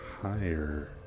higher